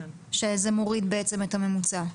שזה מוריד בעצם את הממוצע.